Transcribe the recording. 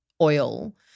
oil